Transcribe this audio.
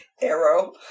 Arrow